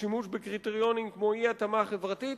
שימוש בקריטריונים כמו אי-התאמה חברתית.